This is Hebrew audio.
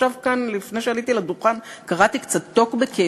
עכשיו כאן, לפני שעליתי לדוכן, קראתי קצת טוקבקים.